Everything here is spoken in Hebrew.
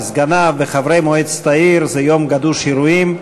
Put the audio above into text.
סגניו וחברי מועצת העיר זה יום גדוש אירועים,